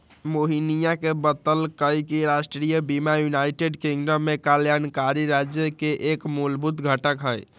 मोहिनीया ने बतल कई कि राष्ट्रीय बीमा यूनाइटेड किंगडम में कल्याणकारी राज्य के एक मूलभूत घटक हई